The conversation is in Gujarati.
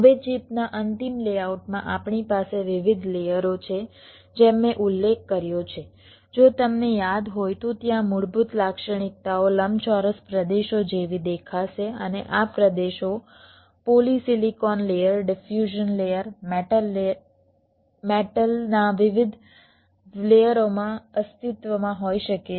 હવે ચિપના અંતિમ લેઆઉટમાં આપણી પાસે વિવિધ લેયરો છે જેમ મેં ઉલ્લેખ કર્યો છે જો તમને યાદ હોય તો ત્યાં મૂળભૂત લાક્ષણિકતાઓ લંબચોરસ પ્રદેશો જેવી દેખાશે અને આ પ્રદેશો polysilicon layer diffusion layer metal મેટલના વિવિધ લેયરોમાં અસ્તિત્વમાં હોઈ શકે છે